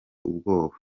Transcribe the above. ubwoba